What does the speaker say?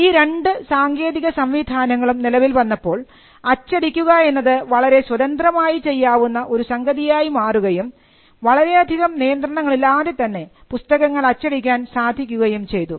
ഈ രണ്ട് സാങ്കേതിക സംവിധാനങ്ങളും നിലവിൽ വന്നപ്പോൾ അച്ചടിക്കുക എന്നത് വളരെ സ്വതന്ത്രമായി ചെയ്യാവുന്ന ഒരു സംഗതിയായി മാറുകയും വളരെയധികം നിയന്ത്രണങ്ങളില്ലാതെ തന്നെ പുസ്തകങ്ങൾ അച്ചടിക്കാൻ സാധിക്കുകയും ചെയ്തു